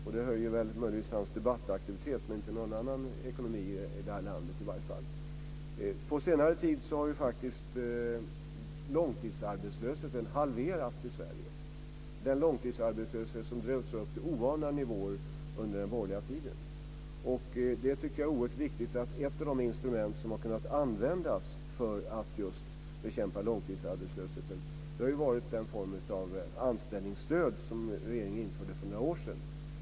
Det höjer möjligtvis hans debattaktivitet men inte någon ekonomi i det här landet i varje fall. Under senare tid har faktiskt långtidsarbetslösheten halverats i Sverige, den långtidsarbetslöshet som drevs upp till oanade nivåer under den borgerliga tiden. Det tycker jag är oerhört viktigt. Ett av de instrument som har kunnat användas för att just bekämpa långtidsarbetslösheten har ju varit den form av anställningsstöd som regeringen införde för några år sedan.